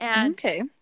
Okay